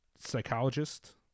psychologist